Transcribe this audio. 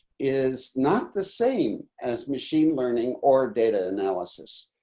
is not the same as machine learning or data analysis.